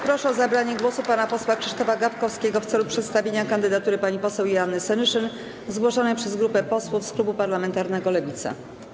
Proszę o zabranie głosu pana posła Krzysztofa Gawkowskiego w celu przedstawienia kandydatury pani poseł Joanny Senyszyn, zgłoszonej przez grupę posłów z Klubu Parlamentarnego Lewica.